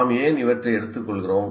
நாம் ஏன் இவற்றை எடுத்துக்கொள்கிறோம்